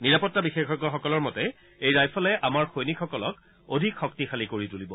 নিৰাপত্তা বিশেষজ্ঞসকলৰ মতে এই ৰাইফলে আমাৰ সৈনিকসকলক অধিক শক্তিশালী কৰি তুলিব